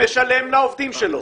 שמשלם לעובדים שלו,